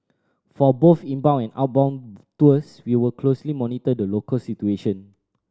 for both inbound and outbound tours we will closely monitor the local situation